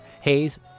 Hayes